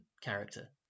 character